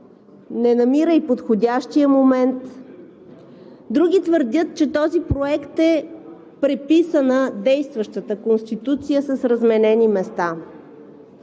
не намира и подходящия момент. Други твърдят, че този проект е действащата Конституция с разменени места.